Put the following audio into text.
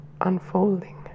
unfolding